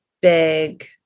big